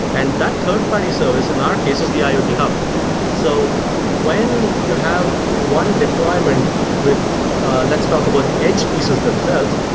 and that third-party service in our case is the iot hub so when you have one deployment with ah let's talk about the edge pieces themselves,